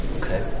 Okay